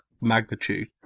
magnitude